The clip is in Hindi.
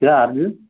क्या आ रही है